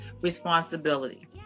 responsibility